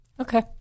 Okay